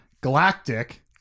galactic